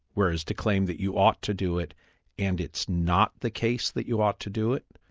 whereas to claim that you ought to do it and it's not the case that you ought to do it,